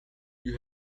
you